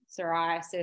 psoriasis